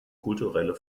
kulturelle